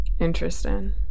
Interesting